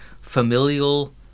familial